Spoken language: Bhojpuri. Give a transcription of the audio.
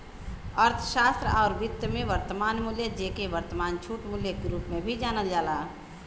अर्थशास्त्र आउर वित्त में, वर्तमान मूल्य, जेके वर्तमान छूट मूल्य के रूप में भी जानल जाला